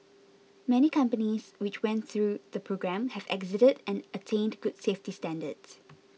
many companies which went through the programme have exited and attained good safety standards